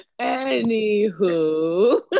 Anywho